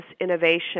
Innovation